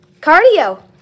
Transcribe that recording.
Cardio